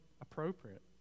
appropriate